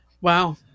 wow